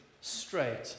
straight